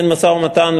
אין משא-ומתן,